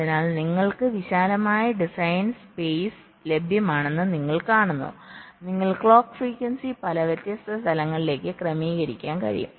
അതിനാൽ നിങ്ങൾക്ക് വിശാലമായ ഡിസൈൻ സ്പേസ് ലഭ്യമാണെന്ന് നിങ്ങൾ കാണുന്നു നിങ്ങൾക്ക് ക്ലോക്ക് ഫ്രീക്വൻസി പല വ്യത്യസ്ത തലങ്ങളിലേക്ക് ക്രമീകരിക്കാൻ കഴിയും